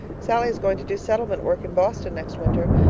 sallie is going to do settlement work in boston next winter.